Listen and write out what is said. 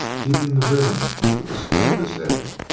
keeping the rhythm with the sway of his head